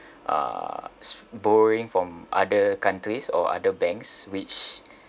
uh borrowing from other countries or other banks which